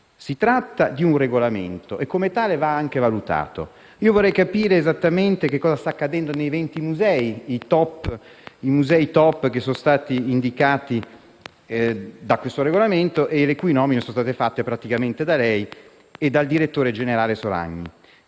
Si tratta di un regolamento e come tale va anche valutato. Vorrei capire esattamente cosa sta accadendo nei 20 musei *top* che sono stati indicati da questo regolamento e le cui nomine sono state fatte da lei e dal direttore generale Soragni.